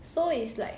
so is like